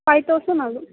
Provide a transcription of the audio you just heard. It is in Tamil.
ஃபை தொளசண்ட் ஆகும்